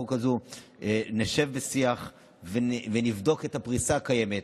הזו נשב בשיח ונבדוק את הפריסה הקיימת,